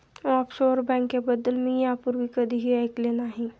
offshore बँकेबद्दल मी यापूर्वी कधीही ऐकले नाही